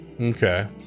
okay